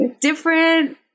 different